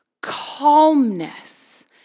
calmness